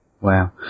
Wow